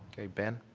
okay, ben.